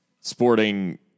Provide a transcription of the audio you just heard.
Sporting